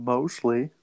Mostly